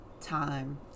time